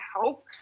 help